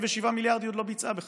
47 מיליארד היא עוד לא ביצעה בכלל.